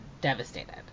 devastated